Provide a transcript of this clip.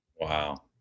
Wow